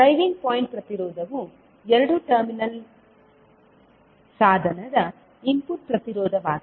driving point ಪ್ರತಿರೋಧವು ಎರಡು terminal ಸಾಧನದ ಇನ್ಪುಟ್ ಪ್ರತಿರೋಧವಾಗಿದೆ